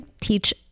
teach